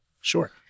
Sure